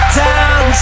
down